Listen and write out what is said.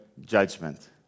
judgment